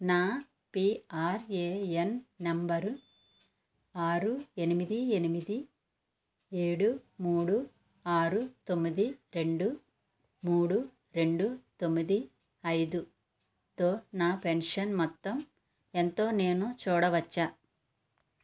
నా PRAN number ఆరు ఎనిమిది ఎనిమిది ఏడు మూడు ఆరు తొమ్మిది రెండు మూడు రెండు తొమ్మిది ఐదుతో నా పెన్షన్ మొత్తం ఎంతో నేను చూడవచ్చా